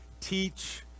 teach